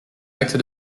acte